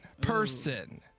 Person